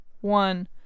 one